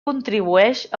contribueix